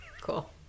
Cool